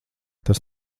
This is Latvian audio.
tas